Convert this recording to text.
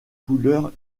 couleur